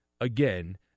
again